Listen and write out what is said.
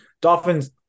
Dolphins